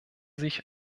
sich